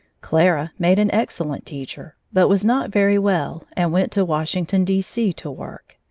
clara made an excellent teacher, but was not very well and went to washington, d c, to work.